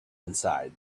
inside